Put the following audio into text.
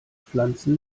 pflanzen